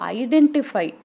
identify